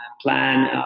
plan